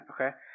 okay